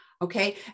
Okay